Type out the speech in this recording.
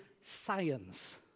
science